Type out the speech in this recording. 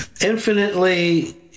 Infinitely